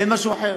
אין משהו אחר.